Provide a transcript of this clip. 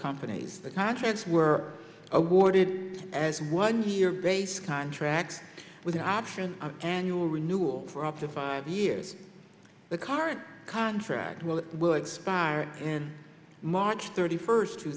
companies but contracts were awarded as one year grace contracts with the option of annual renewal for up to five years the current contract will work spiral in march thirty first two